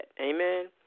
amen